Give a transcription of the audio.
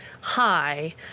Hi